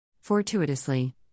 Fortuitously